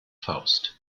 faust